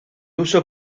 uso